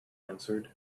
answered